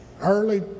early